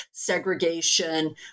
segregation